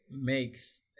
makes